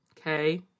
Okay